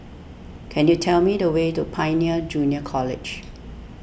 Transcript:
could you tell me the way to Pioneer Junior College